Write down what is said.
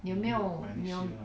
你有没有你有